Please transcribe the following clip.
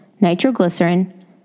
nitroglycerin